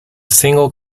single